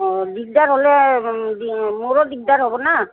অঁ দিগদাৰ হ'লে মোৰো দিগদাৰ হ'ব ন